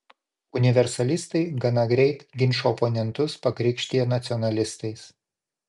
universalistai gana greit ginčo oponentus pakrikštija nacionalistais